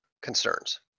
concerns